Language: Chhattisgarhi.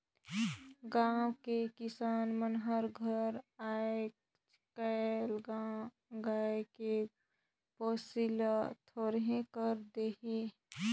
गाँव के किसान मन हर घलो आयज कायल गाय के पोसई ल थोरहें कर देहिनहे